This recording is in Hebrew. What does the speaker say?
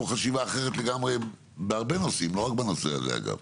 חשיבה אחרת לגמרי בהרבה נושאים לא רק בנושא הזה אגב.